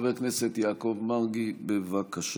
חבר הכנסת יעקב מרגי, בבקשה.